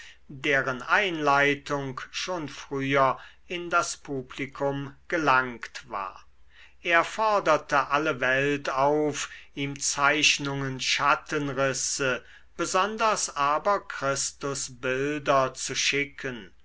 deren einleitung schon früher in das publikum gelangt war er forderte alle welt auf ihm zeichnungen schattenrisse besonders aber christusbilder zu schicken